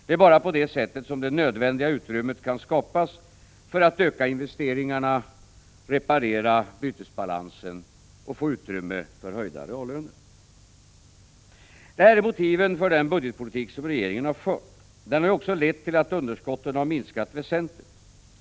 Det är bara på det sättet som det nödvändiga utrymmet kan skapas för att öka investeringarna, reparera bytesbalansen och få utrymme för höjda reallöner. Detta är motiven för den budgetpolitik som regeringen fört. Den har också lett till att underskottet minskat väsentligt.